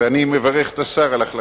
ואני מברך את השר על החלטתו.